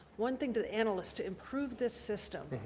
one thing to analysts to improve this system,